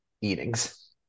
eatings